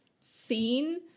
scene